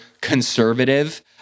conservative—